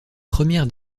première